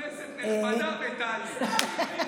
כנסת נכבדה וטלי.